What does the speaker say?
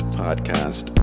podcast